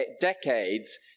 decades